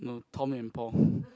Tom and Paul